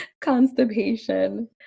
constipation